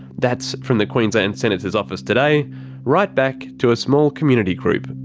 that's from the queensland senator's office today right back to a small community group,